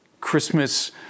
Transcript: Christmas